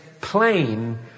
plain